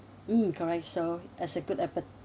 mm correct so as a good ape~